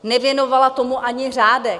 Nevěnovala tomu ani řádek.